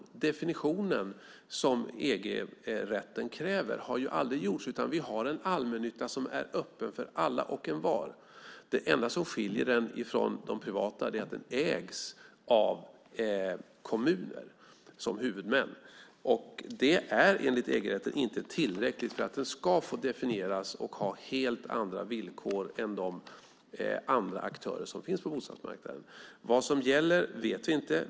Den definitionen som EG-rätten kräver har aldrig gjorts. Vi har en allmännytta som är öppen för alla och envar. Det enda som skiljer den från det privata är att den ägs av kommuner som huvudmän. Det är enligt EG-rätten inte tillräckligt för att den ska få definieras och ha helt andra villkor än de andra aktörer som finns på bostadsmarknaden. Vad som gäller vet vi inte.